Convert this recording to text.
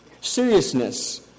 seriousness